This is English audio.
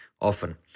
often